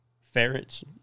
Ferrets